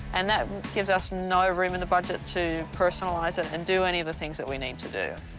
and that gives us no room in the budget to personalize it and do any of the things that we need to do.